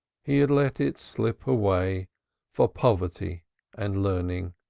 he had let it slip away for poverty and learning,